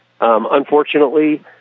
Unfortunately